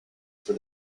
for